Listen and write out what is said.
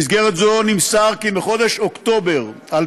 במסגרת זו נמסר כי מחודש אוקטובר 2015